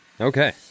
Okay